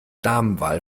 damenwahl